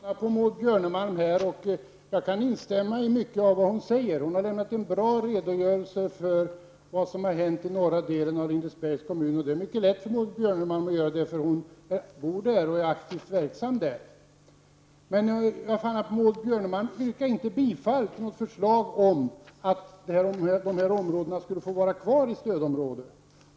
Herr talman! Jag har lyssnat på Maud Björnemalm, och jag kan instämma i mycket av det hon säger. Hon har lämnat en bra redogörelse för vad som har hänt i norra delen av Lindesbergs kommun, och det är mycket lätt för henne att göra det, eftersom hon bor och är aktivt verksam där. Men jag fann att hon inte yrkade bifall till något förslag om att dessa områden skulle få vara kvar i stödområden.